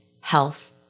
health